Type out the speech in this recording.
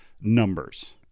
numbers